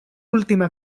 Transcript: última